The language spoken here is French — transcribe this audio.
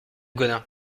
gaudin